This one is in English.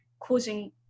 causing